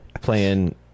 playing